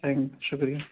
thank شکریہ